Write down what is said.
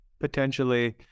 potentially